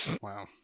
Wow